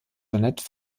jeanette